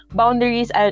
boundaries